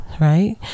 right